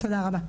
תודה רבה.